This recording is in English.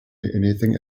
anything